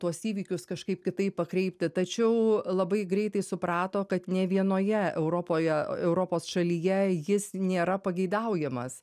tuos įvykius kažkaip kitaip pakreipti tačiau labai greitai suprato kad nė vienoje europoje europos šalyje jis nėra pageidaujamas